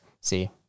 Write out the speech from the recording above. see